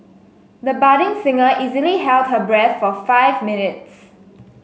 the budding singer easily held her breath for five minutes